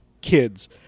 kids